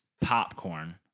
popcorn